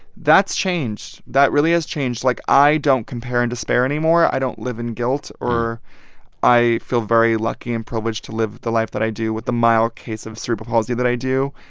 that's changed. that really has changed. like, i don't compare and despair anymore. i don't live in guilt, or i feel very lucky and privileged to live the life that i do with a mild case of cerebral palsy that i do.